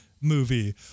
movie